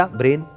brain